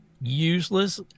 useless